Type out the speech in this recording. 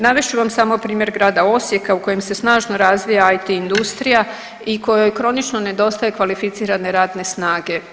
Navest ću vam samo primjer grada Osijeka u kojem se snažno razvija IT industrija i kojoj kronično nedostaje kvalificirane radne snage.